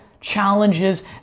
challenges